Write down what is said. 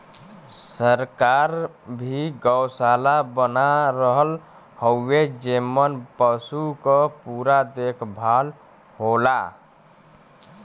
सरकार भी गौसाला बना रहल हउवे जेमन पसु क पूरा देखभाल होला